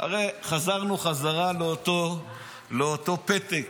הרי חזרנו חזרה לאותו פתק,